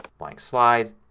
blank slide,